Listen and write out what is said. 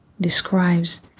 describes